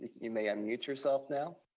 you may unmute yourself now.